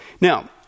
Now